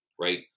right